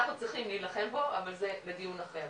אנחנו צריכים להילחם בו, אבל זה לדיון אחר.